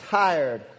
tired